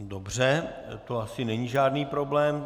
Dobře, to asi není žádný problém.